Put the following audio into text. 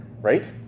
right